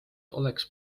oleks